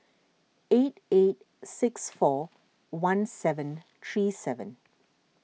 eight eight six four one seven three seven